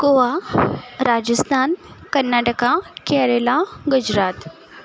Goa Rajasthan Karnataka Kerala Gujarat